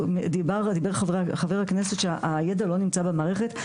דיבר חבר הכנסת שהידע לא נמצא במערכת,